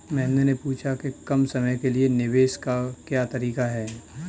महेन्द्र ने पूछा कि कम समय के लिए निवेश का क्या तरीका है?